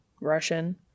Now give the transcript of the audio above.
Russian